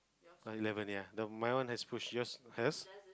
I'm eleven ya the my one has push yours has